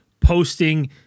posting